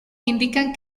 indican